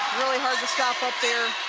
really hard to stop up there,